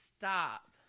Stop